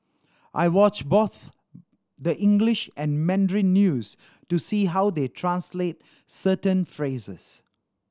I watch both the English and Mandarin news to see how they translate certain phrases